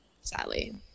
sadly